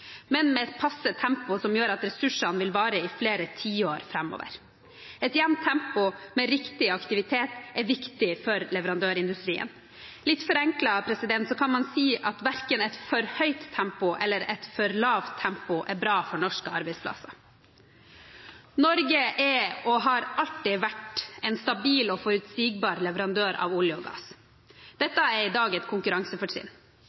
men med et passe tempo som gjør at ressursene vil vare i flere tiår framover. Et jevnt tempo med riktig aktivitet er viktig for leverandørindustrien. Litt forenklet kan man si at verken et for høyt tempo eller et for lavt tempo er bra for norske arbeidsplasser. Norge er og har alltid vært en stabil og forutsigbar leverandør av olje og gass.